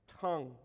tongue